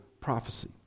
prophecy